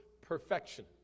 perfection